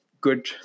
good